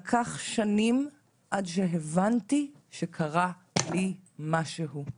"לקח שנים עד שהבנתי שקרה לי משהו",